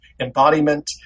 embodiment